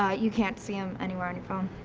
ah you can't see them anywhere on your phone.